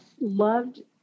loved